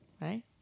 right